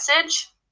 message